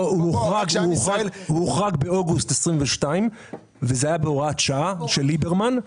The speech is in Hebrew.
הוא הוחרג באוגוסט 2022 בהוראת שעה של ליברמן.